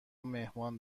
مهمان